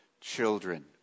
children